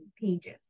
pages